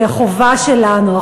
כי החובה שלנו,